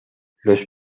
los